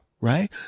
right